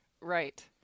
right